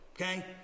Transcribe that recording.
okay